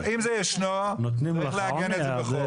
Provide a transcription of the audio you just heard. או אם זה ישנו, צריך לעגן את זה בחוק.